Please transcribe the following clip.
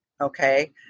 okay